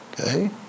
okay